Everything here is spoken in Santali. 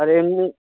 ᱟ ᱞᱤᱧᱤᱡ